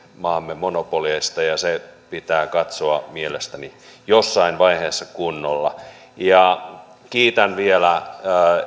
maamme monopoleista ja se pitää katsoa mielestäni jossain vaiheessa kunnolla kiitän vielä